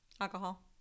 alcohol